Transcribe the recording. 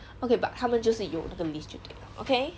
okay but 他们就是有那个 list 就对 liao okay